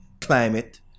climate